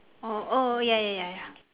oh oh ya ya ya ya